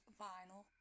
vinyl